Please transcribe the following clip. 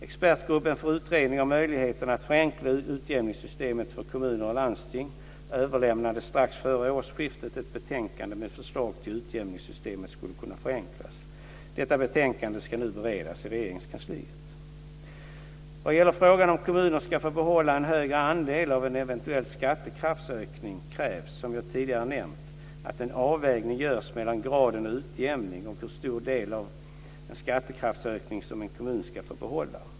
Expertgruppen för utredning av möjligheterna att förenkla utjämningssystemet för kommuner och landsting överlämnade strax före årsskiftet ett betänkande med förslag till hur utjämningssystemet skulle kunna förenklas. Detta betänkande ska nu beredas i Vad gäller frågan om kommuner ska få behålla en högre andel av en eventuell skattekraftsökning krävs, som jag tidigare nämnt, att en avvägning görs mellan graden av utjämning och hur stor del av en skattekraftsökning som en kommun ska få behålla.